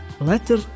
letter